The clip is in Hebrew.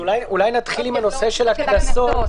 אולי נתחיל מעניין הקנסות.